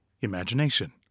imagination